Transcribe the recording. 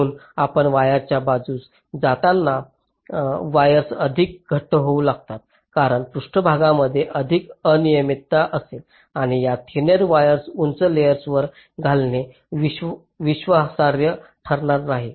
म्हणून आपण वरच्या बाजूस जाताना वायर्स अधिक घट्ट होऊ लागतात कारण पृष्ठभागांमध्ये अधिक अनियमितता असेल आणि त्या थिनेर वायर्स उंच लेयर्सांवर घालणे विश्वासार्ह ठरणार नाही